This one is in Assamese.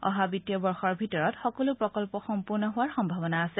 অহা বিত্তীয় বৰ্ষৰ ভিতৰত সকলো প্ৰকল্প সম্পূৰ্ণ হোৱাৰ সম্ভাৱনা আছে